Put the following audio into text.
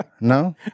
No